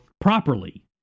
properly